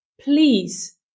Please